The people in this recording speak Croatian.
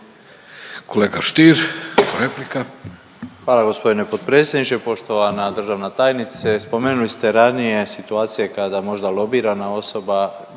Davor Ivo (HDZ)** Hvala gospodine potpredsjedniče, poštovana državna tajnice. Spomenuli ste ranije situacije kada možda lobirana osoba